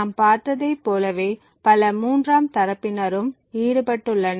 நாம் பார்த்ததைப் போலவே பல மூன்றாம் தரப்பினரும் ஈடுபட்டுள்ளனர்